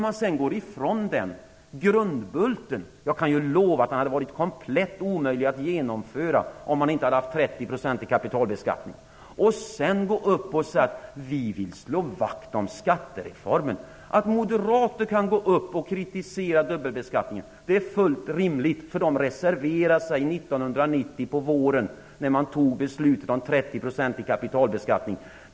Man går ifrån den grundbulten - jag kan lova att reformen hade varit komplett omöjlig att genomföra utan 30-procentig kapitalbeskattning - och säger sedan att man vill slå vakt om skattereformen. Att moderater kan kritisera dubbelbeskattningen är fullt rimligt. De reserverade sig på våren 1990 när det fattades beslut om 30-procentig kapitalbeskattning.